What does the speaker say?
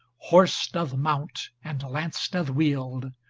horse doth mount, and lance doth wield,